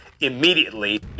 immediately